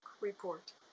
report